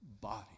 body